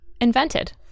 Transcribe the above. invented